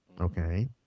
Okay